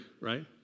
right